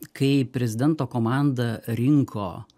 kaip prezidento komanda rinko